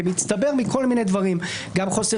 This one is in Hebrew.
כמצטבר מכל מיני דברים גם חוסר